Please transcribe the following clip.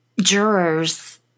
jurors